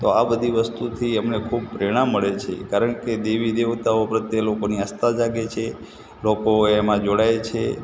તો આ બધી વસ્તુથી અમને ખૂબ પ્રેરણા મળે છે કારણ કે દેવી દેવતાઓ પ્રત્યે લોકોની આસ્થા જાગે છે લોકો એમાં જોડાય છે